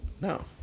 No